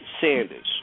Sanders